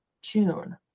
June